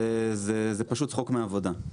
זה פשוט צחוק מעבודה.